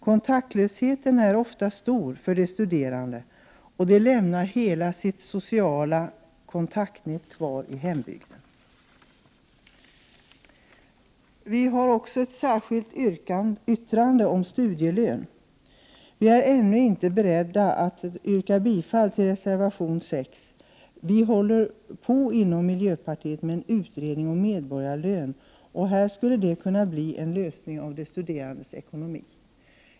Kontaktlösheten är ofta stor för de studerande. De lämnar hela sitt sociala kontaktnät kvar i hembygden. Vi har ett särskilt yttrande om studielön. Vi är ännu inte beredda att stödja förslaget om studielön, som föreslås i reservation 6. Det pågår inom miljöpartiet en utredning om medborgarlön, som skulle kunna ge en lösning av de studerandes ekonomi.